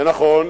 זה נכון,